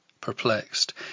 Perplexed